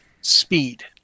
speed